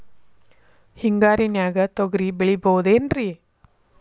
ಹಿಂಗಾರಿನ್ಯಾಗ ತೊಗ್ರಿ ಬೆಳಿಬೊದೇನ್ರೇ?